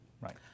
Right